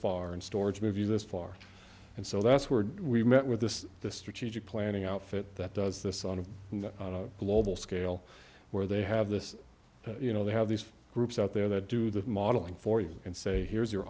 far in storage move you this far and so that's where we met with this the strategic planning outfit that does this on a global scale where they have this you know they have these groups out there that do the modeling for you and say here's your